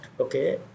okay